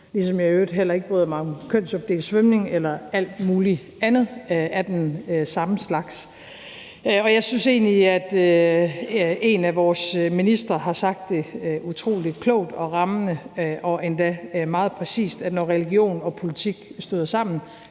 ligesom jeg i øvrigt heller ikke bryder mig om kønsopdelt svømning eller alt mulig andet af den samme slags. Og jeg synes egentlig, at en af vores ministre har sagt det utrolig klogt og rammende og endda meget præcist, nemlig at når religion og politik støder sammen,